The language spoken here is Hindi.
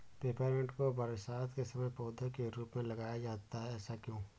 पेपरमिंट को बरसात के समय पौधे के रूप में लगाया जाता है ऐसा क्यो?